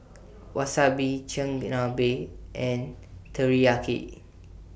Wasabi Chigenabe and Teriyaki